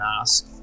ask